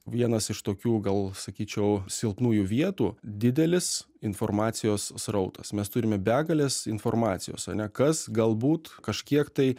vienas iš tokių gal sakyčiau silpnųjų vietų didelis informacijos srautas mes turime begales informacijos ane kas galbūt kažkiek tai